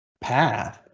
path